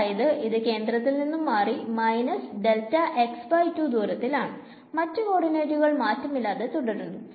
അതായത് ഇത് കേന്ദ്രത്തിൽ നിന്നും മാറി ദൂരത്തിലാണ് മറ്റ് കോഡിനേറ്റുകൾ മാറ്റാമില്ലാതെ തുടരുന്നു